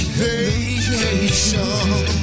vacation